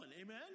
amen